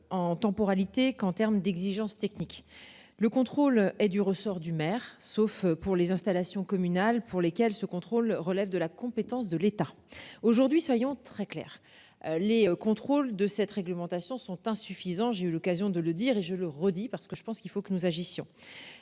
En temporalité qu'en termes d'exigences techniques. Le contrôle est du ressort du maire sauf pour les installations communales pour lesquelles ce contrôle relève de la compétence de l'État aujourd'hui, soyons très clairs. Les contrôles de cette réglementation sont insuffisants. J'ai eu l'occasion de le dire et je le redis parce que je pense qu'il faut que nous agissions.